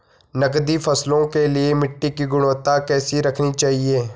नकदी फसलों के लिए मिट्टी की गुणवत्ता कैसी रखनी चाहिए?